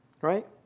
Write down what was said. Right